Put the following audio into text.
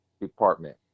department